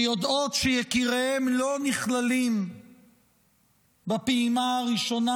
שיודעות שיקיריהן לא נכללים בפעימה הראשונה,